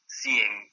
seeing